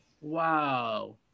Wow